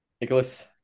Nicholas